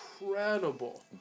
incredible